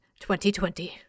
2020